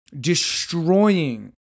destroying